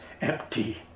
empty